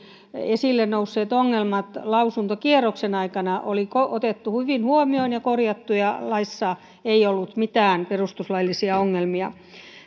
esille nousseet ongelmat lausuntokierroksen aikana oli otettu hyvin huomioon ja korjattu ja laissa ei ollut mitään perustuslaillisia ongelmia